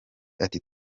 ati